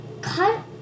cut